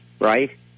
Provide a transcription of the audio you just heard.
right